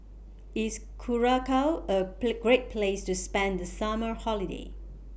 IS Curacao A Play Great Place to spend The Summer Holiday